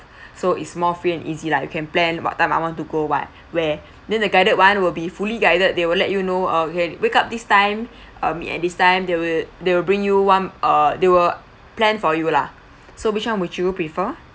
so is more free and easy lah you can plan what time I want to go what where then the guided [one] will be fully guided they will let you know uh okay wake up this time uh meet at this time they will they will bring you one err they will plan for you lah so which [one] would you prefer